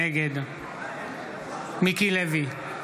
נגד מיקי לוי,